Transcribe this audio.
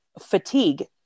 fatigue